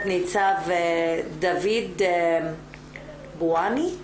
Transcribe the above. לניצב דוד בואני,